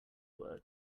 word